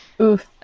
Oof